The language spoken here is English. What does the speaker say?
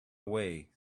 away